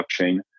blockchain